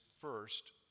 first